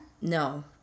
no